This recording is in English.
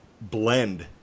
blend